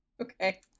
Okay